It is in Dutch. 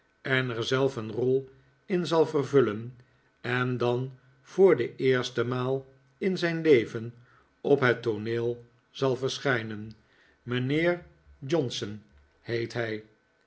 en er zelf een rol in zal vervullen en dan voor de eerste maal in zijn leven op het tooneel zal verschijnen mijnheer johnson heet hij